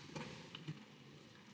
Hvala